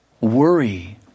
worry